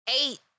eight